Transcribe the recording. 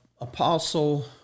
apostle